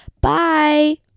Bye